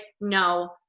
no